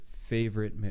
favorite